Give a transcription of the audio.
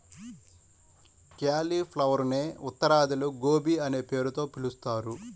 క్యాలిఫ్లవరునే ఉత్తరాదిలో గోబీ అనే పేరుతో పిలుస్తారు